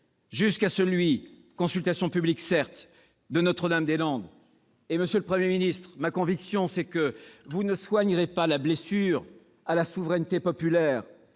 que d'une consultation publique -de Notre-Dame-des-Landes. Monsieur le Premier ministre, ma conviction est que vous ne soignerez pas la blessure faite à la souveraineté populaire